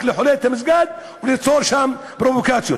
כדי לחלל את המסגד וליצור שם פרובוקציות.